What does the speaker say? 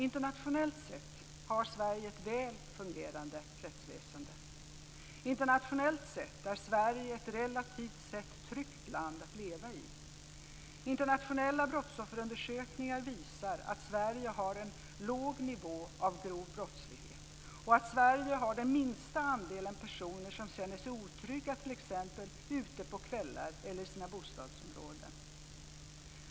Internationellt sett har Sverige ett väl fungerande rättsväsende. Internationellt sett är Sverige ett relativt tryggt land att leva i. Internationella brottsofferundersökningar visar att Sverige har en låg nivå på grov brottslighet och att Sverige har den minsta andelen personer som känner sig otrygga t.ex. ute på kvällar eller i sina bostadsområden.